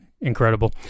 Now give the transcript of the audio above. incredible